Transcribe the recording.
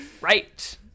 right